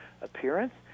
appearance